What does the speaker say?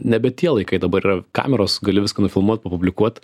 nebe tie laikai dabar yra kameros gali viską nufilmuot papublikuot